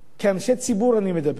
כאנשי ציבור אני מדבר,